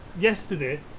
Yesterday